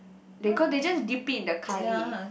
they cause they just dip it in the curry